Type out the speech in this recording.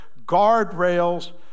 guardrails